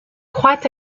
croient